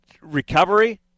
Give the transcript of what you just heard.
recovery